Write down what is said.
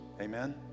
Amen